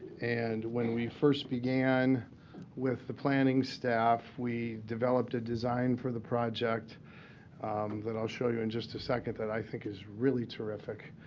and when we first began with the planning staff, we developed a design for the project that i'll show you in just a second that i think is really terrific.